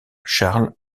charles